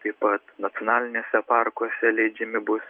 taip pat nacionaliniuose parkuose leidžiami bus